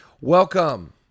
welcome